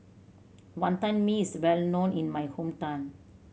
Wantan Mee is well known in my hometown